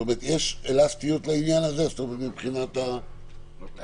זאת אומרת שיש אלסטיות לעניין הזה מבחינת --- החסמים.